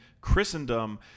Christendom